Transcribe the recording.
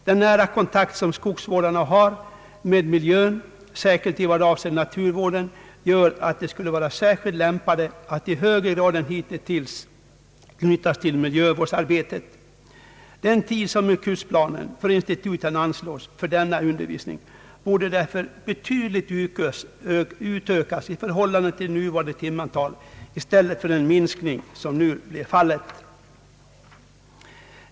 Den nära kontakt som skogsvårdarna har med miljön särskilt i vad avser naturvården gör att de skulle vara särskilt lämpade att i högre grad än hitintills knytas till miljövårdsarbetet. Den tid som i kursplanen för instituten anslås för denna undervisning borde därför betydligt utökas i förhållande till nuvarande timantal i stället för den minskning som nu är fallet.